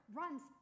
runs